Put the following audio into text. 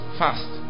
fast